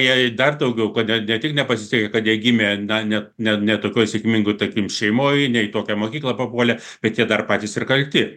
jei dar daugiau kodėl ne tik nepasisekė kad jie gimė ne tokioj sėkmingoj tarkim šeimoj tokią mokyklą papuolė bet jie dar patys ir kalti